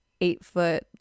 eight-foot